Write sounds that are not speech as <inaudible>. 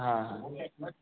हँ हँ <unintelligible>